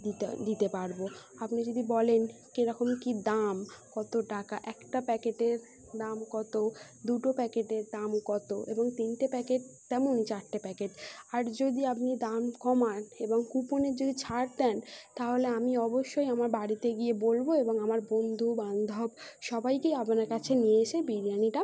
দিতে দিতে পারব আপনি যদি বলেন কিরকম কী দাম কত টাকা একটা প্যাকেটের দাম কত দুটো প্যাকেটের দাম কত এবং তিনটে প্যাকেটের দামেই চারটে প্যাকেট আর যদি আপনি দাম কমান এবং কুপনের যদি ছাড় দেন তাহলে আমি অবশ্যই আমার বাড়িতে গিয়ে বলব এবং আমার বন্ধুবান্ধব সবাইকেই আপনার কাছে নিয়ে এসে বিরিয়ানিটা